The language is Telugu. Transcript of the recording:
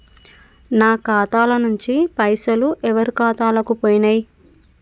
నా ఖాతా ల నుంచి పైసలు ఎవరు ఖాతాలకు పోయినయ్?